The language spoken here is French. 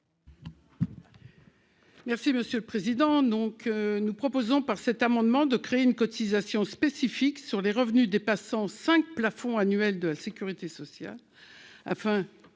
Merci monsieur le président, donc nous proposons par cet amendement, de créer une cotisation spécifique sur les revenus dépassant 5 plafond annuel de la Sécurité sociale